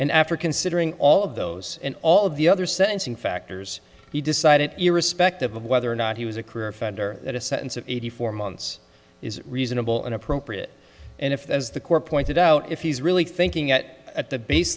considering all of those and all of the other sentencing factors he decided irrespective of whether or not he was a career offender at a sentence of eighty four months is reasonable and appropriate and if that is the core pointed out if he's really thinking at at the base